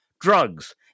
Drugs